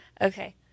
Okay